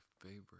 favorite